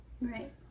Right